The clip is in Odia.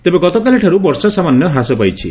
ତେବେ ଗତକାଲିଠାର୍ ବର୍ଷା ସାମାନ୍ୟ ହ୍ରାସ ପାଇଛି